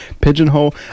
pigeonhole